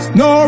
no